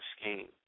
scheme